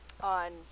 on